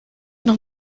noch